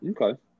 Okay